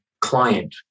client